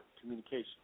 communication